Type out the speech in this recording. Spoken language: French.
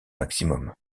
maximum